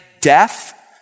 death